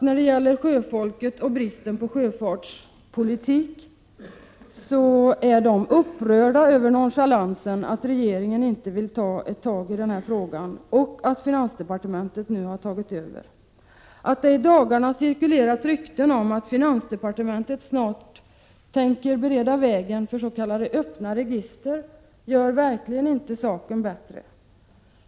När det gäller sjöfolket och bristen på sjöfartspolitik vet jag att man är upprörd över nonchalansen från regeringens sida — regeringen vill ju inte ta tag i den här frågan — och över att finansdepartementet nu har tagit över frågan. Att det i dagarna har cirkulerat rykten om att finansdepartementet snart tänker bereda väg för s.k. öppna register gör verkligen inte saken bättre.